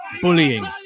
bullying